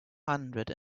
hundred